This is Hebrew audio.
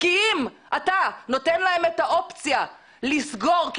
כי אם אתה נותן להם את האופציה לסגור כי